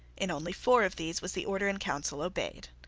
in only four of these was the order in council obeyed.